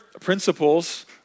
principles